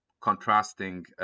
contrasting